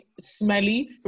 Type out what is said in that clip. smelly